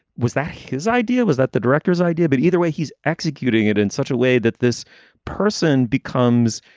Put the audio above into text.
was that his idea? was that the director's idea? but either way, he's executing it in such a way that this person becomes.